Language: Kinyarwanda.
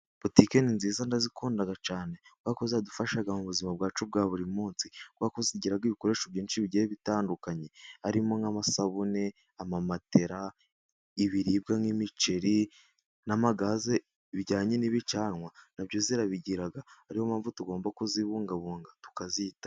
Butike ni nziza ndazikunda cyane, kuko zidufasha mu buzima bwacu bwa buri munsi, kubera ko zigira ibikoresho byinshi bigiye bitandukanye harimo nk'amasabune, amamatera, ibiribwa nk'imiceri, n'amagaze bijyanye n'ibicanwa na byo zirabigira, ariyo mpamvu tugomba kuzibungabunga tukazitaho.